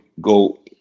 go